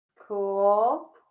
Cool